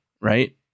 right